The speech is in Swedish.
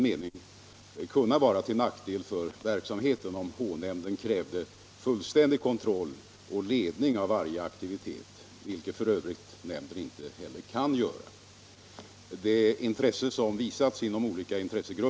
Statsmakterna har också förutsatt att extra åtgärder kan bli nödvändiga för att stärka kommunens förutsättningar som regioncentrum, och man har förklarat sig beredd att gå in med sådana åtgärder.